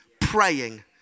praying